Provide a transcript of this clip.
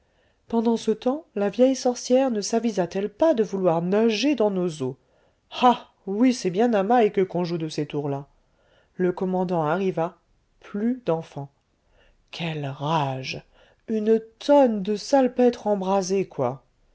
pendant ce temps la vieille sorcière ne savisa t elle pas de vouloir nager dans nos eaux ah oui c'est bien à mike qu'on joue de ces tours-là le commandant arriva plus d'enfant quelle rage une tonne de salpêtre embrasée quoi